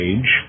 Age